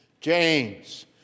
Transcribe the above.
James